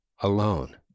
alone